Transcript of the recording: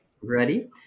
Ready